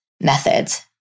methods